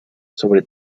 sobre